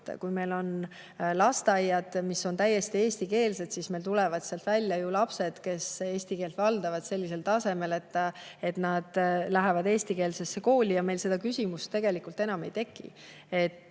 Kui meil on lasteaiad, mis on täiesti eestikeelsed, siis meil tulevad sealt välja lapsed, kes valdavad eesti keelt sellisel tasemel, et nad lähevad eestikeelsesse kooli, ja meil seda küsimust tegelikult enam ei teki.